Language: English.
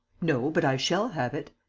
no, but i shall have it.